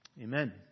Amen